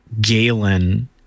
Galen